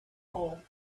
hole